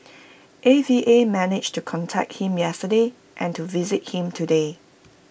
A V A managed to contact him yesterday and to visit him today